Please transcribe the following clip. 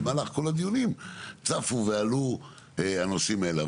במהלך כל הדיונים צפו ועלו הנושאים האלה.